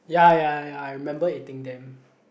ya ya ya I remember eating them